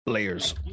layers